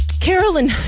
carolyn